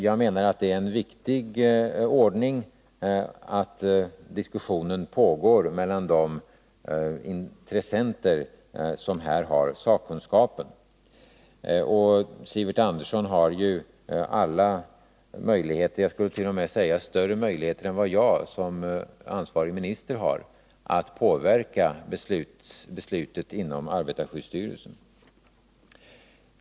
Jag menar att det är en viktig ordning att diskussionen pågår mellan de intressenter som här har sakkunskapen. Sivert Andersson har ju alla möjligheter — jag skulle vilja säga t.o.m. större möjligheter än vad jag som ansvarig minister har — att påverka beslutet inom arbetarskyddsstyrelsen.